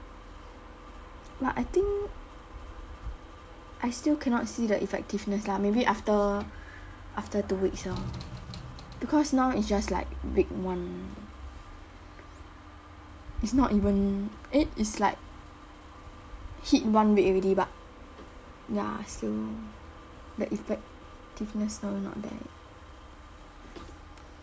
but I think I still cannot see the effectiveness lah maybe after after two weeks lor because now is just like week one it's not even eh it's like hit one week already but ya so the effectiveness not not there yet